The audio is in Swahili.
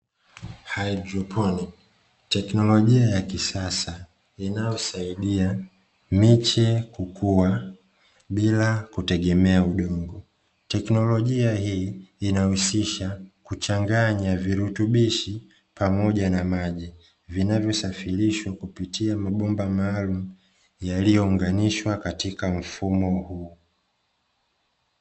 Haidroponi teknolojia ya kisasa inayosaidia miche kukua bila kutegemea udongo. Teknolojia hii inahusisha kuchanganya virutubishi pamoja na maji vinavyosafirishwa kupitia mabomba maalumu yaliyounganishwa katika mfumo huu.